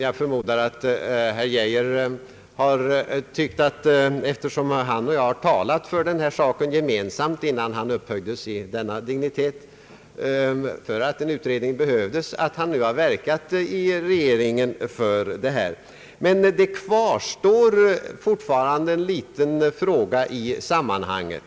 Jag förmodar att herr Geijer — eftersom han och jag gemensamt har talat för ett sådant här skydd, innan han upphöjdes i sin nuvarande dignitet, och ansett att en utredning behövdes — har verkat för tanken inom regeringen. Men det kvarstår fortfarande en liten fråga i sammanhanget.